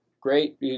Great